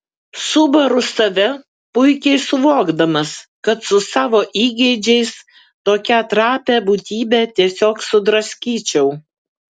subaru save puikiai suvokdamas kad su savo įgeidžiais tokią trapią būtybę tiesiog sudraskyčiau